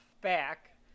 back